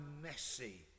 messy